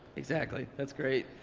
exactly, that's great.